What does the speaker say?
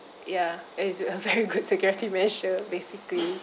ya it's a very good security measure basically